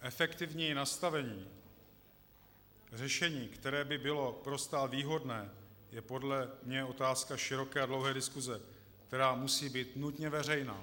Efektivní nastavení řešení, které by bylo pro stát výhodné, je podle mě otázka široké a dlouhé diskuse, která musí být nutně veřejná.